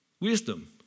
Wisdom